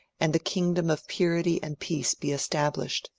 and the kingdom of purity and peace be established.